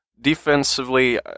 Defensively